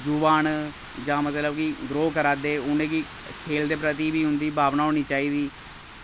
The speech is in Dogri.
युवा न जां मतलब कि ग्रोऽ करा दे उ'नेंगी खेल दे प्रति बी उं'दी भावना होनी चाहिदी